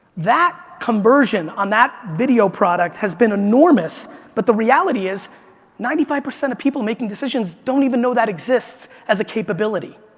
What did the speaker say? that conversion on that video product has been enormous but the reality is ninety five percent of people making decisions don't even know that exists as a capability.